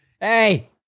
Hey